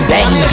Bang